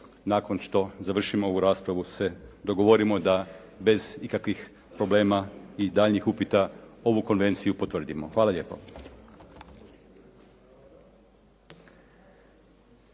nakon što završimo ovu raspravu se dogovorimo da bez ikakvih problema i daljnjih upita ovu konvenciju potvrdimo. Hvala lijepo.